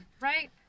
right